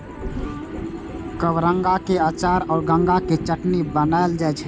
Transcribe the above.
कबरंगा के अचार आ गंगा के चटनी बनाएल जाइ छै